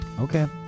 Okay